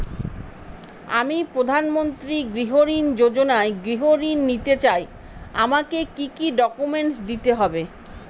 আমি প্রধানমন্ত্রী গৃহ ঋণ যোজনায় গৃহ ঋণ নিতে চাই আমাকে কি কি ডকুমেন্টস দিতে হবে?